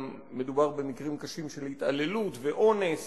מדובר במקרים קשים של התעללות ואונס